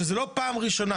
וזו לא פעם ראשונה,